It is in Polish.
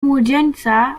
młodzieńca